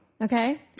Okay